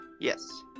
Yes